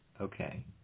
Okay